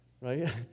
right